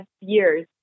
years